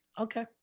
Okay